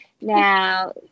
Now